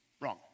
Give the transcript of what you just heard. Wrong